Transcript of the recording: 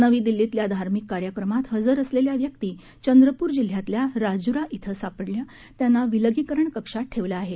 नवी दिल्लीतल्या धार्मिक कार्यक्रमात हजर असलेला व्यक्ती चंद्रपूर जिल्ह्यातल्या राजुरा इथं सापडला त्याला विलगीकरण कक्षात ठेवलं आहे